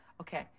Okay